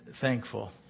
thankful